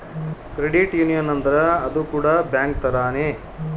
credit union ಅಂದ್ರ ಅದು ಕೂಡ ಬ್ಯಾಂಕ್ ತರಾನೇ